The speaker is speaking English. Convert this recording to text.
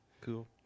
cool